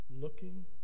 looking